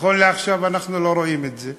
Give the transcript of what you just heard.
נכון לעכשיו אנחנו לא רואים את זה.